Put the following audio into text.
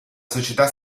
società